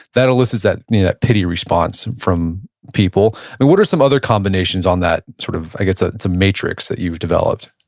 that elicits that that pity response from people. i mean, what are some other combinations on that, sort of i guess, ah it's a matrix that you've developed?